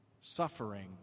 suffering